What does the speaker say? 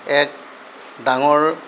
এক ডাঙৰ